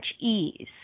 ease